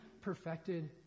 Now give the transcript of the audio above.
perfected